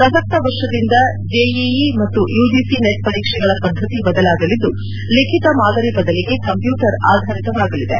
ಪ್ರಸಕ್ತ ವರ್ಷದಿಂದ ಜೆಇಇ ಮತ್ತು ಯುಜಿಸಿ ನೆಟ್ ಪರೀಕ್ಷೆಗಳ ಪದ್ದತಿ ಬದಲಾಗಲಿದ್ದು ಲಿಖಿತ ಮಾದರಿ ಬದಲಿಗೆ ಕಂಪ್ಯೂಟರ್ ಆಧಾರಿತವಾಗಲಿದೆ